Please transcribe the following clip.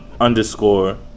underscore